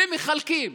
ומחלקים,